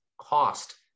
cost